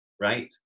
right